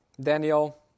Daniel